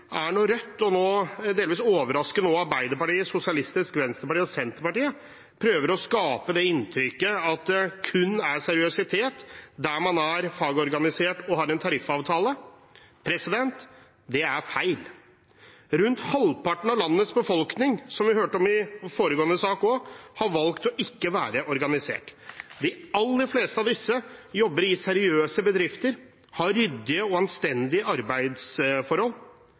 er noe jeg tror vi er samstemte om i denne salen. Der enigheten i denne salen stopper, er når Rødt og – delvis overraskende – nå også Arbeiderpartiet, Sosialistisk Venstreparti og Senterpartiet prøver å skape det inntrykket at det kun er seriøsitet der man er fagorganisert og har en tariffavtale. Det er feil. Rundt halvparten av landets befolkning har – som vi også hørte om i foregående sak – valgt ikke å være organisert. De aller fleste av